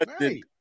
right